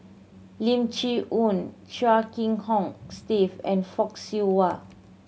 Lim Chee Onn Chia Kiah Hong Steve and Fock Siew Wah